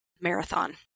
marathon